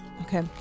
Okay